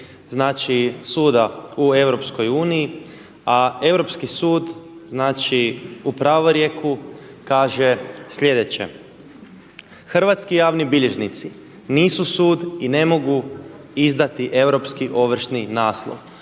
znači suda u Europskoj uniji, a Europski sud znači u pravorijeku kaže sljedeće. Hrvatski javni bilježnici nisu sud i ne mogu izdati europski ovršni naslov.